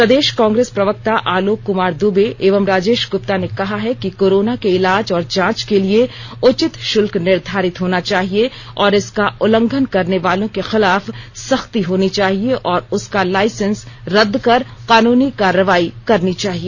प्रदेश कांग्रेस प्रवक्ता आलोक कुमार दूबे एवं राजेश गुप्ता ने कहा है कि कोरोना के इलाज और जांच के लिए उचित शुल्क निर्धारित होना चाहिए और इसका उल्लंघन करने वालों के खिलाफ सख्ती होनी चाहिए और उसका लाइसेंस रद्द कर कानूनी कार्रवाई करनी चाहिए